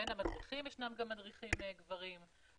בין המדריכים יש גם מדריכים גברים,